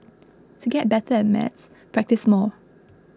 to get better at maths practise more